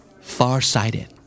Farsighted